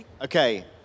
Okay